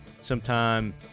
sometime